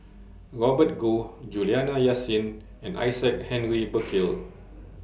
Robert Goh Juliana Yasin and Isaac Henry Burkill